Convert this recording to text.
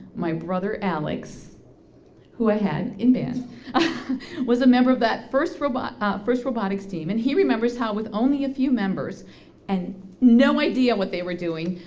my brother alex who i had in band was a member of that first robotics first robotics team, and he remembers how with only a few members and no idea what they were doing,